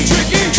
Tricky